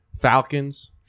Falcons